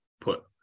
put